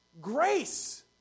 grace